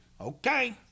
Okay